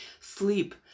sleep